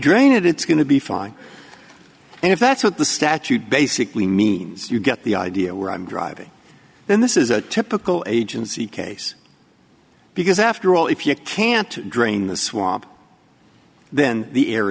drain it it's going to be fine and if that's what the statute basically means you get the idea where i'm driving then this is a typical agency case because after all if you can't drain the swamp then the air